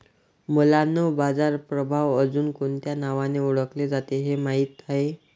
मुलांनो बाजार प्रभाव अजुन कोणत्या नावाने ओढकले जाते हे माहित आहे?